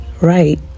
right